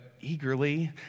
eagerly